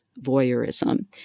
voyeurism